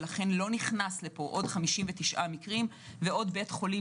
ולכן לא נכנס לפה עוד 59 מקרים ועוד בית חולים